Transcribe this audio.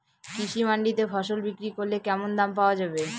কৃষি মান্ডিতে ফসল বিক্রি করলে কেমন দাম পাওয়া যাবে?